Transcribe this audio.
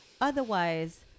otherwise